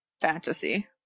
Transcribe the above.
fantasy